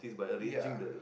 ya